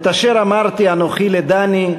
את אשר אמרתי אנוכי לדני,